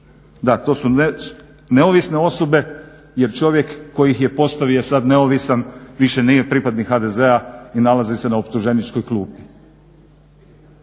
Da, to su neovisne osobe jer čovjek koji ih je postavio je sad neovisan, više nije pripadnik HDZ-a i nalazi se na optuženičkoj klupi.